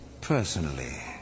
Personally